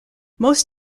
most